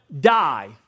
die